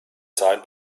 sein